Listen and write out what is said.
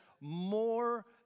more